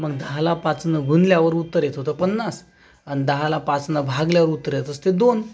मग दहाला पाचनं गुणल्यावर उत्तर येत होतं पन्नास आणि दहाला पाचनं भागल्यावर उत्तर येत असते दोन